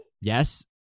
yes